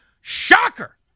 Shocker